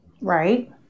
Right